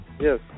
yes